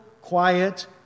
quiet